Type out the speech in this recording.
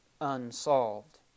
unsolved